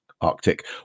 Arctic